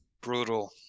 brutal